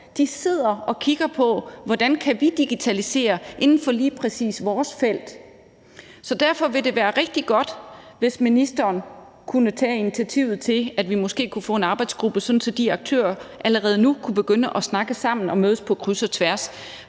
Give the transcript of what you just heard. sidder og kigger på, hvordan de kan digitalisere inden for lige præcis deres felt. Så derfor ville det være rigtig godt, hvis ministeren kunne tage initiativet til, at vi måske kunne få en arbejdsgruppe, sådan at de aktører allerede nu kunne begynde at snakke sammen og mødes på kryds og tværs.